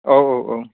औ औ औ